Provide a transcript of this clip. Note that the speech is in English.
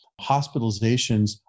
hospitalizations